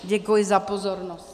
Děkuji za pozornost.